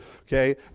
Okay